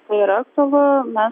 yra aktualu mes